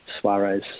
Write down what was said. Suarez